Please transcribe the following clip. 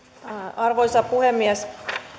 arvoisa puhemies